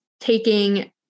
taking